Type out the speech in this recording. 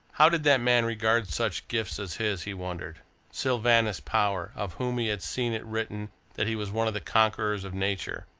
how did that man regard such gifts as his, he wondered sylvanus power, of whom he had seen it written that he was one of the conquerors of nature,